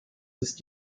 ist